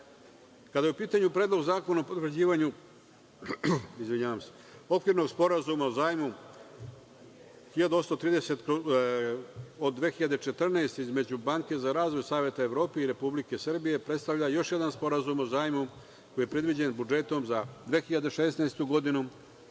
je u pitanju Predlog zakona o potvrđivanju okvirnog sporazuma o zajmu od 2014. godine izmešu Banke za razvoj Saveta Evrope i Republike Srbije, predstavlja još jedan sporazum o zajmu koji je predviđen budžetom za 2016. godinu.